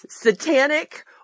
satanic